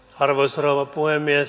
arvoisa rouva puhemies